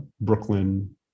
Brooklyn